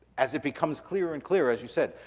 as it becomes clearer and clearer, as you said.